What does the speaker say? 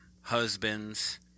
husbands